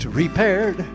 repaired